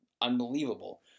unbelievable